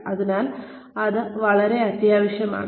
അതിനാൽ അത് വളരെ അത്യാവശ്യമാണ്